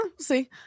See